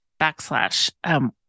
backslash